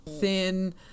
Thin